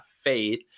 faith